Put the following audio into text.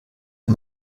der